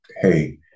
hey